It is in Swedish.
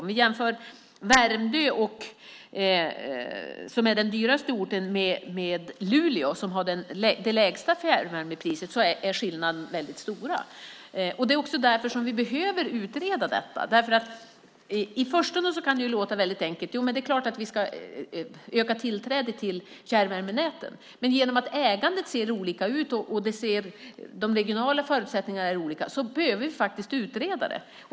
Om vi jämför Värmdö, som är den dyraste orten, med Luleå, som har det lägsta fjärrvärmepriset, ser vi att skillnaden är väldigt stor. Det är också därför vi behöver utreda detta. I förstone kan det låta väldigt enkelt: Det är klart att vi ska öka tillträdet till fjärrvärmenäten. Men genom att ägandet ser olika ut och de regionala förutsättningarna är olika behöver vi utreda det.